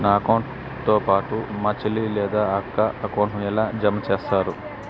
నా అకౌంట్ తో పాటు మా చెల్లి లేదా అక్క అకౌంట్ ను ఎలా జామ సేస్తారు?